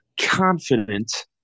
confident